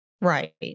Right